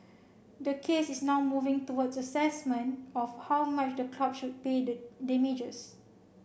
the case is now moving towards assessment of how much the club should pay the damages